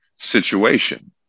situation